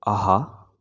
ஆஹா